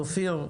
אופיר,